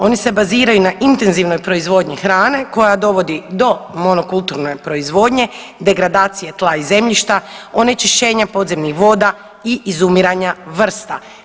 Oni se baziraju na intenzivnoj proizvodnji hrane koja dovodi do monokulturne proizvodnje, degradacije tla i zemljišta, onečišćenja podzemnih voda i izumiranja vrsta.